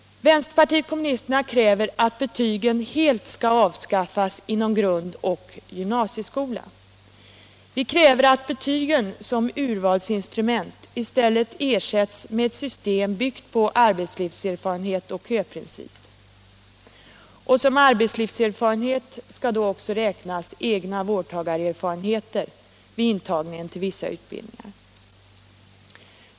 Vpk kräver att betygen skall avskaffas helt inom grund och gymnasieskolan. Vi kräver att betygen som urvalsinstrument i stället ersätts med ett system byggt på arbetslivserfarenhet och köprincip. Och som arbetslivserfarenhet skall då också räknas egna vårdtagarerfarenheter vid intagningen till vissa utbildningar.